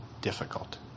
difficult